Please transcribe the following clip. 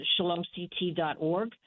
shalomct.org